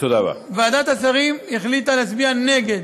ועדת השרים החליטה להצביע נגד.